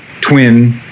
twin